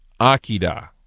akida